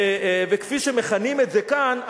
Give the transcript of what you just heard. וכפי שמכנים את זה כאן,